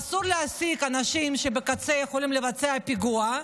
אסור להעסיק אנשים שבקצה יכולים לבצע פיגוע,